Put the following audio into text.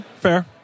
Fair